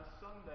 Sunday